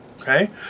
okay